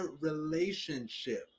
relationship